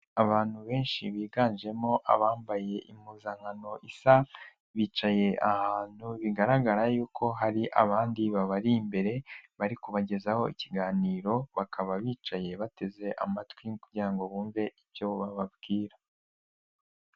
Abantu benshi biganjemo abambaye impuzankano isa bicaye ahantu bigaragara yuko hari abandi babari imbere bari kubagezaho ikiganiro, bakaba bicaye bateze amatwi kugira ngo bumve icyo bababwira.